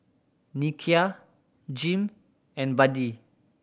Nikia Jim and Buddie